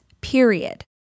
period